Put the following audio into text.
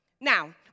Now